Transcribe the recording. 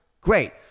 Great